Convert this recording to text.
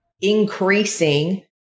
increasing